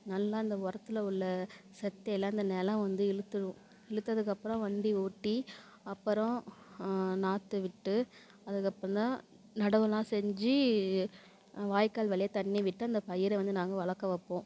நல்லா இந்த ஒரத்தில் உள்ள செத்தை எல்லாம் இந்த நிலம் வந்து இழுத்துரும் இழுத்ததுக்கு அப்புறம் வண்டி ஓட்டி அப்புறம் நாற்று விட்டு அதுக்கு அப்புறம் தான் நடவு எல்லாம் செஞ்சு வாய்க்கால் வழியா தண்ணி விட்டு அந்த பயிரை வந்து நாங்கள் வளர்க்க வைப்போம்